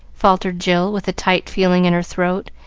faltered jill, with a tight feeling in her throat,